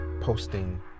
posting